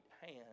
hand